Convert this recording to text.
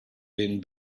been